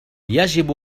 يجب